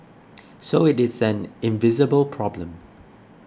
so it is an invisible problem